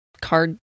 card